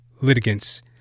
litigants